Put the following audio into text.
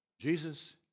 Jesus